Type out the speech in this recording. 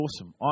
awesome